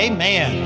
Amen